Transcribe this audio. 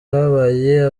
habaye